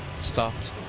stopped